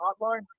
hotline